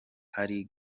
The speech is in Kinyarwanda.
hari